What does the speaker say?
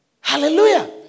Hallelujah